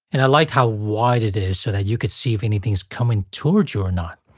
and i like how wide it is so that you could see if anything's coming towards you or not.